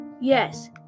Yes